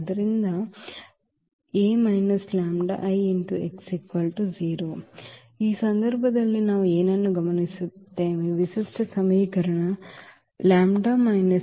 ಆದ್ದರಿಂದ ಅಂದರೆ A λI x 0 ಈ ಸಂದರ್ಭದಲ್ಲಿ ನಾವು ಏನನ್ನು ಗಮನಿಸುತ್ತೇವೆ ವಿಶಿಷ್ಟ ಸಮೀಕರಣ